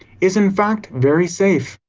is in fact very safe.